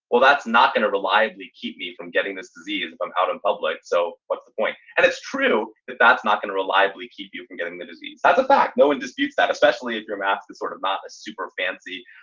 well, that's not going to reliably keep me from getting this disease. i'm out in public. so what's the point? and it's true that that's not going to reliably keep you from getting the disease. that's a fact. no one disputes that, especially if your math is sort of super fancy.